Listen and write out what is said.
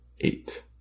eight